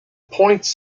points